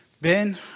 Ben